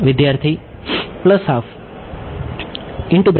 વિદ્યાર્થી plus half